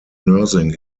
nursing